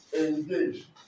engage